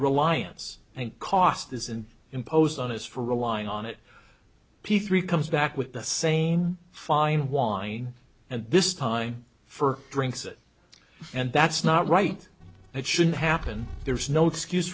reliance and cost isn't imposed on us for relying on it p three comes back with the same fine wine and this time for drinks it and that's not right it shouldn't happen there's no excuse